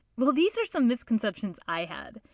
well these are some misconceptions i had.